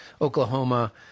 Oklahoma